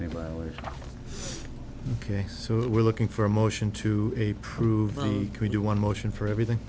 anyway ok so we're looking for a motion to a proving we do one motion for everything